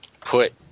put